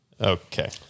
Okay